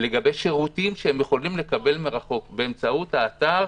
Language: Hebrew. לגבי שירותים שהם יכולים לקבל באמצעות האתר